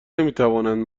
نمیتوانند